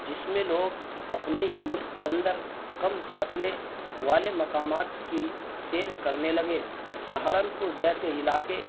جس میں لوگ اپنے ہی ملک کے اندر کم فاصلے والے مقامات کی سیر کرنے لگے سہارنپور جیسے علاقے